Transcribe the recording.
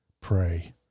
pray